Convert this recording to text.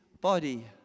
body